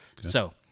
so-